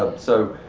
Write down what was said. so,